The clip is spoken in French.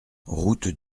route